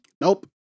Nope